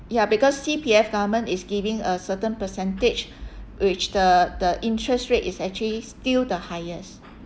ya because C_P_F government is giving a certain percentage which the the interest rate is actually still the highest